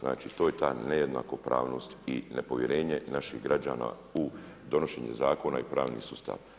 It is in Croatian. Znači to je ta nejednakopravnost i nepovjerenje naših građana u donošenje zakona i pravni sustav.